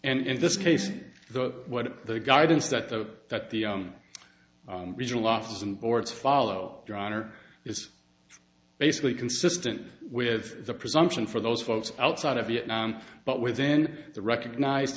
and in this case the what the guidance that the that the regional office and boards follow your honor is basically consistent with the presumption for those folks outside of vietnam but within the recognized